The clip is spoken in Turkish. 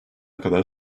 kadar